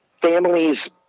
families